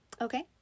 Okay